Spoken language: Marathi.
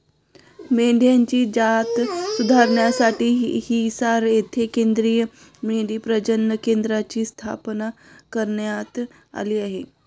मेंढ्यांची जात सुधारण्यासाठी हिसार येथे केंद्रीय मेंढी प्रजनन केंद्राची स्थापना करण्यात आली आहे